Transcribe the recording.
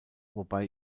wobei